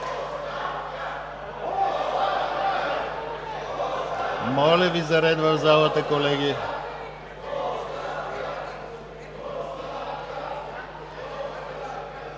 моля Ви за ред в залата, колеги.